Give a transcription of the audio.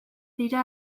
dira